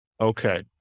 Okay